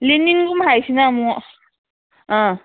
ꯂꯦꯅꯤꯟꯒꯨꯝꯕ ꯍꯥꯏꯁꯤꯅ ꯑꯃꯨꯛ ꯑꯥ